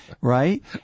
right